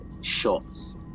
shots